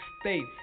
States